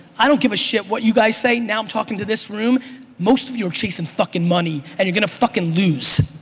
i don't give a shit what you guys say, now i'm talking to this room most of you are chasing fuckin' money and you're gonna fuckin' lose.